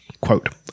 Quote